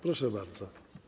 Proszę bardzo.